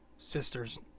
Sisters